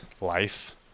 life